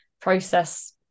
process